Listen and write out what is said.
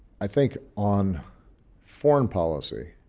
i think on foreign policy,